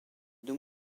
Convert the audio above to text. deux